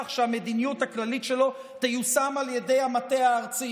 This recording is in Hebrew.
שהמדיניות הכללית שלו תיושם על ידי המטה הארצי: